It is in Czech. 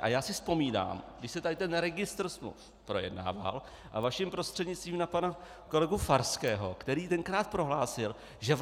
A já si vzpomínám, když se tady registr smluv projednával, vaším prostřednictvím na pana kolegu Farského, který tenkrát prohlásil, že